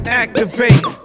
activate